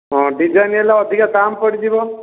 ହଁ ଡିଜ଼ାଇନ୍ ହେଲେ ଅଧିକା ଦାମ୍ ପଡ଼ିଯିବ